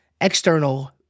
external